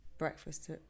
breakfast